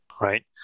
right